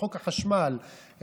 חוק החשמל,